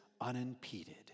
unimpeded